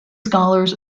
scholars